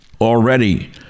Already